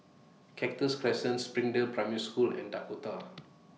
Cactus Crescent Springdale Primary School and Dakota